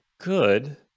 good